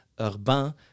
Urbain